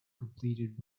completed